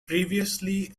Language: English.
previously